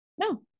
No